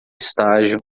estágio